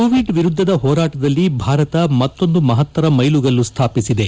Covid ವಿರುದ್ದದ ಹೋರಾಟದಲ್ಲಿ ಭಾರತ ಮತ್ತೊಂದು ಮಹತ್ತರ ಮೈಲುಗಲ್ಲು ಸ್ಥಾಪಿಸಿದೆ